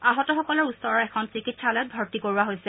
আহতসকলক ওচৰৰ এখন চিকিৎসালয়ত ভৰ্তি কৰোৱা হৈছে